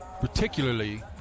particularly